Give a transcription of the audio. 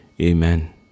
Amen